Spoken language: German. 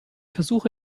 versuche